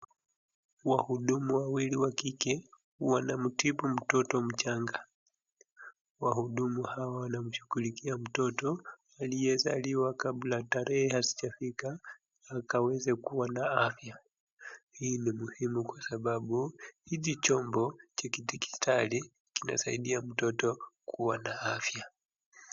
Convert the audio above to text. Wahudumu wawili wakike wanamtibu mtoto mchanga. Wahudumu hawa wanamshughulikia mtoto aliyezaliwa kabla tarehe hazijafika akaweze kuwa na afya. Hii nii muhimu kwasababu hiki chombo cha kijiditali kinasaidia mtoto kuwa na afya.